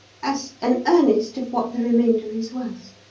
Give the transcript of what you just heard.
as an earnest of what the remainder is worth.